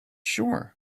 sure